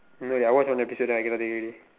no I watch one episode then I cannot take it already